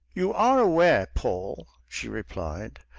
you are aware, paul, she replied,